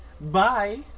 Bye